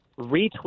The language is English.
retweet